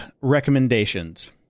recommendations